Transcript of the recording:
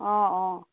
অঁ অঁ